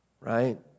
right